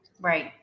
Right